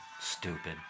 stupid